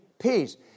peace